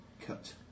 cut